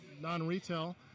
non-retail